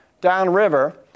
downriver